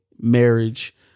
marriage